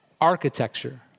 architecture